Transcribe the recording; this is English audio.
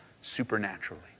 supernaturally